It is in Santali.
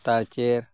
ᱛᱟᱞᱪᱮᱨ